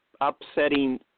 upsetting